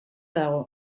dago